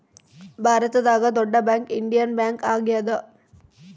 ಭಾರತದಾಗ ದೊಡ್ಡ bank Indian bank ಆಗ್ಯಾದ